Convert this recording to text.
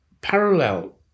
parallel